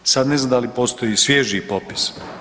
Sad ne znam da li postoji svježiji popis.